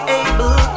able